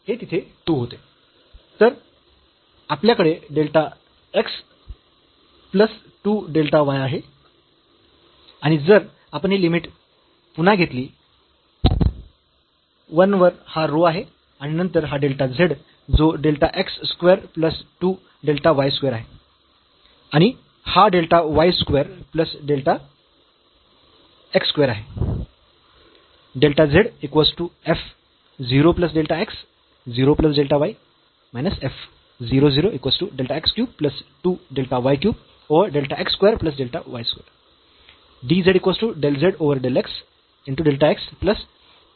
तर आपल्याकडे delta x plus 2 delta y आहे आणि जर आपण ही लिमिट येथे पुन्हा घेतली 1 वर हा रो आहे आणि नंतर हा डेल्टा z जो delta x square plus 2 delta y square आहे आणि हा delta y square plus delta x square आहे